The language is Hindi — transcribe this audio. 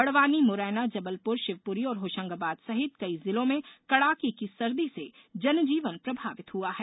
बड़वानी मुरैना जबलपुर शिवपुरी और होशंगाबाद सहित कई जिलों में कड़ाके की सर्दी से जनजीवन प्रभावित हुआ है